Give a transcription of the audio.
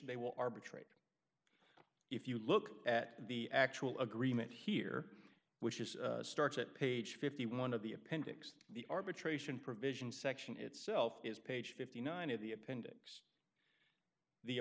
they will arbitrate if you look at the actual agreement here which is starts at page fifty one of the appendix the arbitration provision section itself is page fifty nine